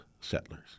settlers